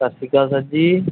ਸਤਿ ਸ਼੍ਰੀ ਅਕਾਲ ਸਰ ਜੀ